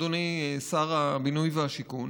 אדוני שר הבינוי והשיכון.